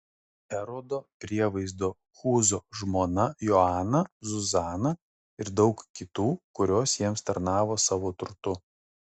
erodo prievaizdo chūzo žmona joana zuzana ir daug kitų kurios jiems tarnavo savo turtu